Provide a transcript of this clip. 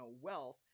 wealth